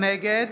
נגד